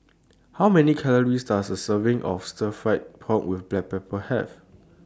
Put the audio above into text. How Many Calories Does A Serving of Stir Fried Pork with Black Pepper Have